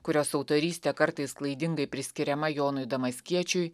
kurios autorystė kartais klaidingai priskiriama jonui damaskiečiui